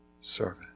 servant